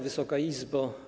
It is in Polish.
Wysoka Izbo!